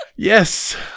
Yes